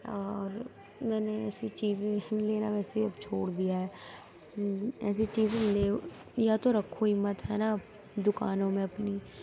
اور میں نے ایسی چیزیں لینا ویسے اب چھوڑ دیا ہے ایسی چیزیں لیو یا تو رکھوں ہی مت ہے نا دکانوں میں اپنی